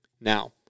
now